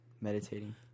meditating